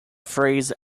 phrase